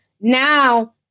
now